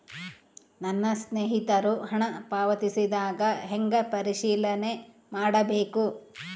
ನನ್ನ ಸ್ನೇಹಿತರು ಹಣ ಪಾವತಿಸಿದಾಗ ಹೆಂಗ ಪರಿಶೇಲನೆ ಮಾಡಬೇಕು?